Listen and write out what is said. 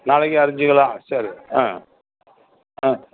நாளைக்கு அரிஞ்சுக்கலாம் சரி ஆ ஆ